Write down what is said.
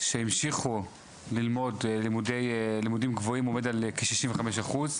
שהמשיכו ללמוד לימודים גבוהים, עומד על כ-65 אחוז,